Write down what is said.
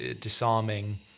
disarming